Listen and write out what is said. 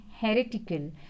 heretical